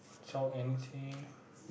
talk anything